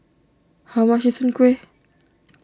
how much is Soon Kueh